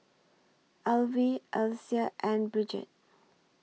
Alvie Alysa and Bridget